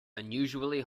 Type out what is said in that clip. unusually